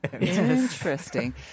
Interesting